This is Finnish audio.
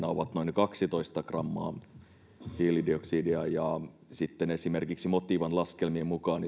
ovat noin kaksitoista grammaa hiilidioksidia ja sitten jos arvioidaan esimerkiksi motivan laskelmien mukaan